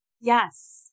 yes